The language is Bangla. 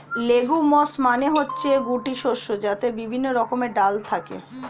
লেগুমস মানে হচ্ছে গুটি শস্য যাতে বিভিন্ন রকমের ডাল থাকে